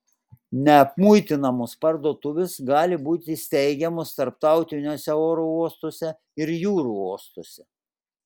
neapmuitinamos parduotuvės gali būti steigiamos tarptautiniuose oro uostuose ir jūrų uostuose